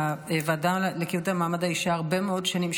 הוועדה לקידום מעמד האישה הרבה מאוד שנים,